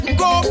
go